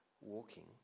walking